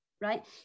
right